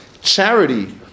charity